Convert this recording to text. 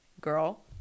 girl